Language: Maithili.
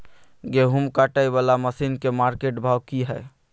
गेहूं काटय वाला मसीन के मार्केट भाव की हय?